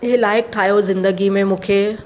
इहे लाइक़ु ठाहियो ज़िंदगी में मूंखे